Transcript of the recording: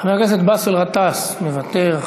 חבר הכנסת באסל גטאס, מוותר.